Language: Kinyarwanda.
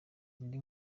indi